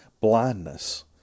blindness